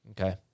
Okay